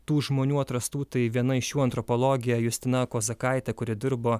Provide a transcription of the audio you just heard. tų žmonių atrastų tai viena iš šių antropologė justina kozakaitė kuri dirbo